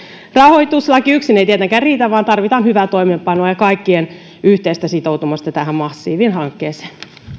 rahoituslaki yksin ei tietenkään riitä vaan tarvitaan hyvää toimeenpanoa ja ja kaikkien yhteistä sitoutumista tähän massiiviseen hankkeeseen